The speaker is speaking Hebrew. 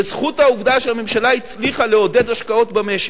בזכות העובדה שהממשלה הצליחה לעודד השקעות במשק,